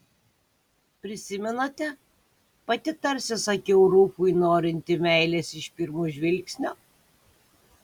prisimenate pati tarsi sakiau rufui norinti meilės iš pirmo žvilgsnio